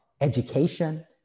education